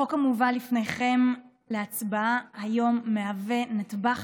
החוק המובא לפניכם להצבעה היום מהווה נדבך